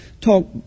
talk